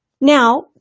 Now